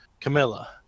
Camilla